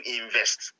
invest